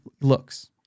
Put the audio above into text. looks